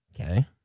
Okay